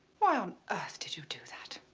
why on earth did you do that?